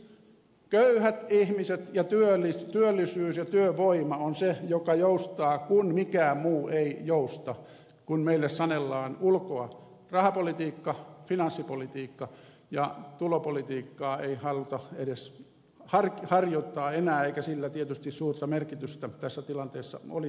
siis köyhät ihmiset ja työllisyys ja työvoima ovat ne jotka joustavat kun mikään muu ei jousta kun meille sanellaan ulkoa rahapolitiikka finanssipolitiikka ja tulopolitiikkaa ei haluta edes harjoittaa enää eikä sillä tietysti suurta merkitystä tässä tilanteessa olisikaan